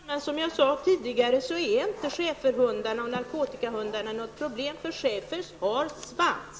Fru talman! Som jag sade tidigare är schäferhundarna och narkotikahundarna inte något problem -- schäfern har svans.